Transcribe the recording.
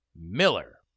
Miller